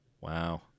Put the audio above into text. Wow